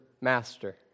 master